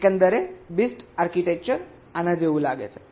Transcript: હવે એકંદર BIST architecture આના જેવું લાગે છે